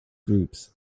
groups